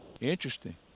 Interesting